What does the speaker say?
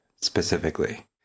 specifically